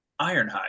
Ironhide